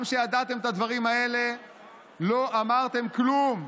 גם כשידעתם את הדברים האלה לא אמרתם כלום.